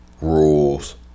rules